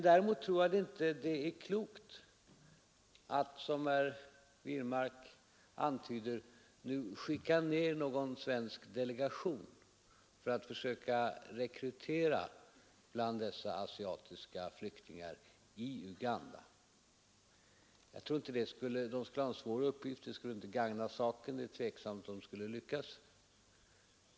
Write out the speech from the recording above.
Däremot tror jag inte att det är klokt att, som herr Wirmark antyder, nu skicka ner någon svensk delegation till Uganda för att försöka rekrytera asiatiska flyktingar. Den skulle få en svår uppgift, som inte skulle gagna saken, och det är tveksamt om den skulle lyckas.